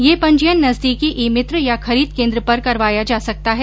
ये पंजीयन नजदीकी ई मित्र या खरीद केन्द्र पर करवाया जा सकता है